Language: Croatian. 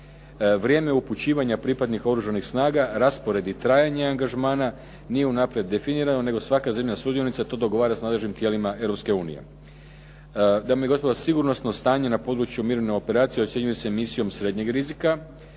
Vrijeme upućivanja pripadnika oružanih snaga, raspored i trajanje angažmana nije unaprijed definirano nego svaka zemlja sudionica to dogovara s nadležnim tijelima Europske unije. Dame i gospodo, sigurnosno stanje na području mirovne operacije ocjenjuje se misijom srednjeg rizika.